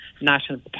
national